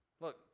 Look